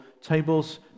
tables